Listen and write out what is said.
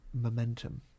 momentum